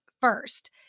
first